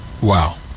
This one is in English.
Wow